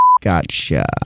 Gotcha